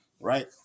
right